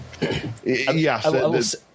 yes